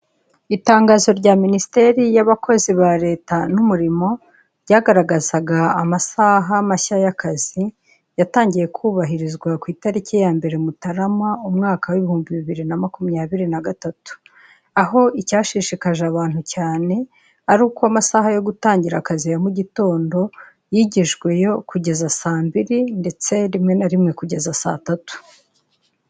Itangazo rya minisiteri y'abakozi ba leta n'umurimo, ryagaragazaga amasaha mashya y'akazi, yatangiye kubahirizwa ku itariki ya mbere Mutarama, umwaka w'ibihumbi bibiri na makumyabiri na gatatu, aho icyashishikaje abantu cyane, ari uko amasaha yo gutangira akazi ya mu gitondo, yigijweyo kugeza saa mbiri ndetse rimwe na rimwe kugeza saa tatu.